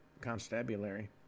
Constabulary